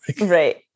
Right